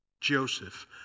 Joseph